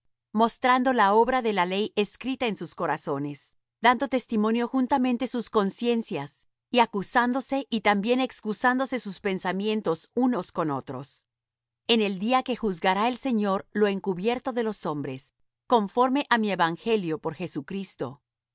mostrando la obra de la ley escrita en sus corazones dando testimonio juntamente sus conciencias y acusándose y también excusándose sus pensamientos unos con otros en el día que juzgará el señor lo encubierto de los hombres conforme á mi evangelio por jesucristo